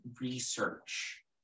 research